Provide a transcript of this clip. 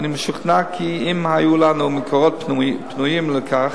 ואני משוכנע כי אם היו לנו מקורות פנויים לכך,